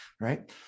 right